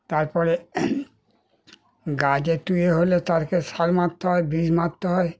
তার পরে গাছ একটু এ হলে তাকে সার মারতে হয় বিষ মারতে হয়